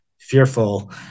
fearful